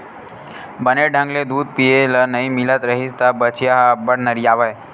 बने ढंग ले दूद पिए ल नइ मिलत रिहिस त बछिया ह अब्बड़ नरियावय